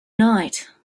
night